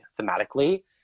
thematically